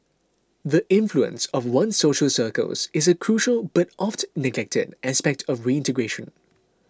the influence of one's social circles is a crucial but oft neglected aspect of reintegration